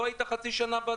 לא היית חצי שנה...